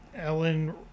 ellen